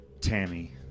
Tammy